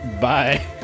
Bye